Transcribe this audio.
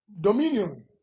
dominion